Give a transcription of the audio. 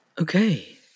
Okay